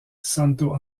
santo